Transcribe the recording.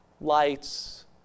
Lights